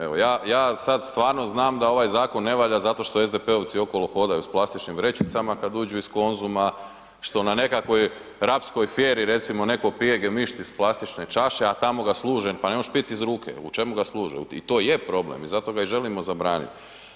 Evo ja sad stvarno znam da ovaj zakon ne valja zato što SDP-ovci okolo hodaju sa plastičnim vrećicama kad dođu iz Konzuma što na nekakvoj Rapskoj fijeri recimo neko pije gemišt iz plastične čaše a tamo ga služe, pa ne možeš pit iz ruke, u čemu ga služe i to je problem i zato ga i želim zabraniti.